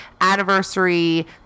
anniversary